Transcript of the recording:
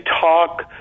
talk